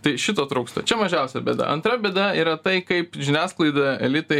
tai šito trūksta čia mažiausia bėda antra bėda yra tai kaip žiniasklaida elitai